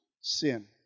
sin